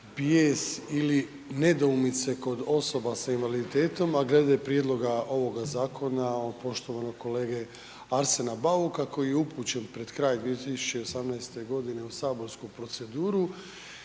bijes ili nedoumice kod osoba sa invaliditetom, a glede prijedloga ovoga zakona od poštovanog kolege Arsena Bauka koji je upućen pred kraj 2018. godine u saborsku proceduru